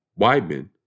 Weidman